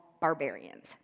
barbarians